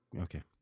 okay